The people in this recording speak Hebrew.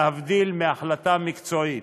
להבדיל מהחלטה מקצועית.